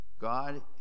God